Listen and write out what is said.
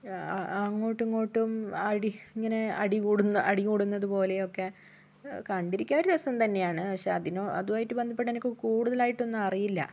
അങ്ങോട്ടും ഇങ്ങോട്ടും അടി ഇങ്ങനെ അടി കൂടുന്ന അടി കൂടുന്നത് പോലെയൊക്കെ കണ്ടിരിക്കാൻ ഒരു രസം തന്നെയാണ് പക്ഷെ അതിനോ അതുമായിട്ട് ബന്ധപ്പെട്ട് എനിക്ക് കൂടുതലായിട്ടൊന്നും അറിയില്ല